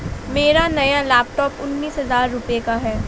मेरा नया लैपटॉप उन्नीस हजार रूपए का है